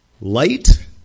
Light